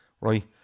right